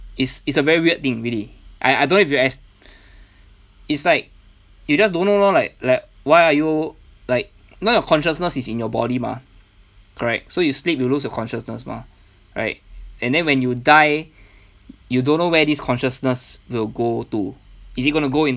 it's it's a very weird thing really I I don't know if you ex~ it's like you just don't know lor like like why are you like none of consciousness is in your body mah correct so you sleep you lose your consciousness mah right and then when you die you don't know where this consciousness will go to is it gonna go in~